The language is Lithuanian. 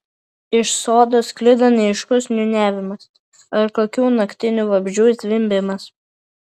iš sodo sklido neaiškus niūniavimas ar kokių naktinių vabzdžių zvimbimas